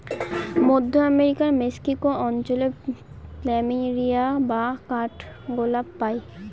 মধ্য আমেরিকার মেক্সিকো অঞ্চলে প্ল্যামেরিয়া বা কাঠগোলাপ পাই